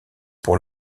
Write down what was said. pour